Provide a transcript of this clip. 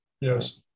Yes